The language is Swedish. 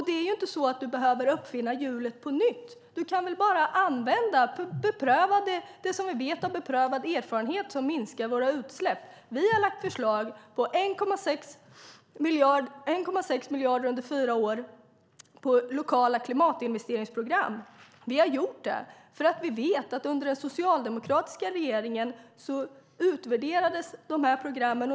Det är inte så att du måste uppfinna hjulet på nytt. Du kan använda det som vi vet är beprövad erfarenhet som minskar våra utsläpp. Vi har lagt fram förslag på 1,6 miljarder under fyra år till lokala klimatinvesteringsprogram. Vi har gjort det för att vi vet att under den socialdemokratiska regeringen utvärderades de programmen.